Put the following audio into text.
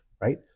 right